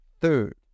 Third